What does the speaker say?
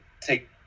take